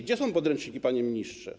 Gdzie są podręczniki, panie ministrze?